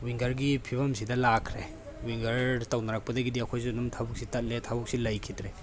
ꯋꯥꯡꯒ꯭ꯔꯒꯤ ꯐꯤꯚꯝꯁꯤꯗ ꯂꯥꯛꯈ꯭ꯔꯦ ꯋꯥꯡꯒ꯭ꯔ ꯇꯧꯅꯔꯛꯄꯗꯒꯤꯗꯤ ꯑꯩꯈꯣꯏꯁꯨ ꯑꯗꯨꯝ ꯊꯕꯛꯁꯦ ꯇꯠꯂꯦ ꯊꯕꯛꯁꯦ ꯂꯩꯈꯤꯗ꯭ꯔꯦ